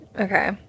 Okay